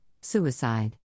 suicide